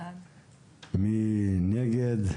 מי נגד?